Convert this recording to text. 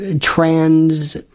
trans